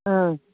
ꯑꯥ